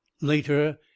Later